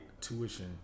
tuition